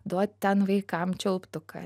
duot ten vaikam čiulptuką